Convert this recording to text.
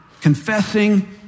Confessing